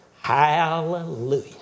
hallelujah